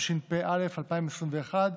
התשפ"א 2021,